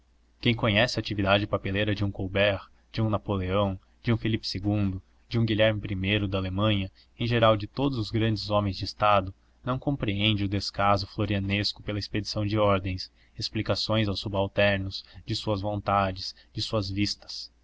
quem conhece a atividade papeleira de um colbert de um napoleão de um filipe ii de guilherme i da alemanha em geral de todos os grandes homens de estado não compreende o descaso florianesco pela expedição de ordens explicações aos subalternos de suas vontades de suas vistas